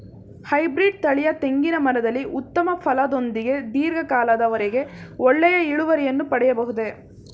Hybrid ತಳಿಯ ತೆಂಗಿನ ಮರದಲ್ಲಿ ಉತ್ತಮ ಫಲದೊಂದಿಗೆ ಧೀರ್ಘ ಕಾಲದ ವರೆಗೆ ಒಳ್ಳೆಯ ಇಳುವರಿಯನ್ನು ಪಡೆಯಬಹುದೇ?